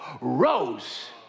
rose